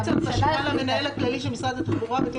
השאלה היא אם המנהל הכללי של משרד התחבורה בתיאום